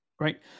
right